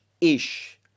ish